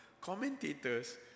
commentators